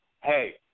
hey